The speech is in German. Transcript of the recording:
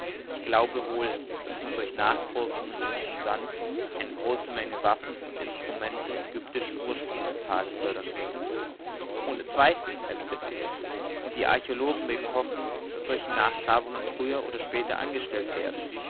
ich glaube wohl daß man durch nachgrabungen in diesem sande eine große menge waffen und instrumente ägyptischen ursprungs zu tage fördern würde ohne zweifel erwiderte ich und die archäologen mögen hoffen daß solche nachgrabungen früher oder später angestellt werden